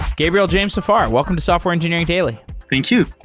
gabriel-james safar, welcome to software engineering daily thank you.